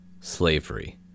slavery